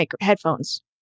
headphones